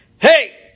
Hey